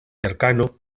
cercano